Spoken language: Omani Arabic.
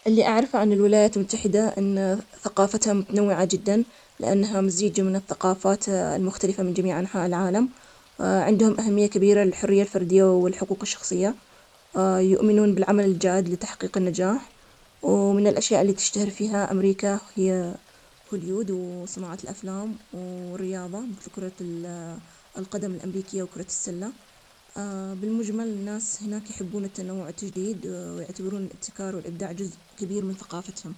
بالطبع ثقافة الولايات المتحدة متنوعة جداً, وتشمل مزيج من عادات وتقاليد مختلفة شعوب, الموسيقى مثل, الجاز والروك والهيب هوب لها تأثير كمان, الأفلام الأمريكية مشهورة عالمياً, وهوليوود تعتبر مركز لصناعات السينيما, والأطعمة مثل البرجر والهوت دوج مشهورة, بالإضافة لاحتفالات مثل عيد الشكر, واحتفالات رأس السنة, المجتمع يركز على الحرية الفردية والتنوع.